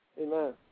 Amen